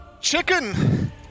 Chicken